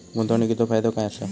गुंतवणीचो फायदो काय असा?